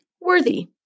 Worthy